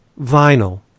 vinyl